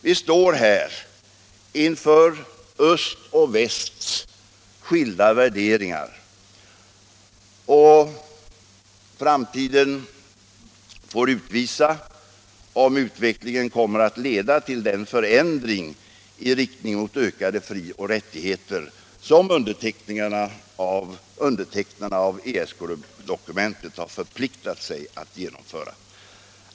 Vi står här inför östs och västs skilda värderingar, och framtiden får utvisa om utvecklingen kommer att leda till den förändring i riktning mot ökade frioch rättigheter som undertecknarna i ESK-dokumentet har förpliktat sig att genomföra.